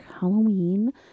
Halloween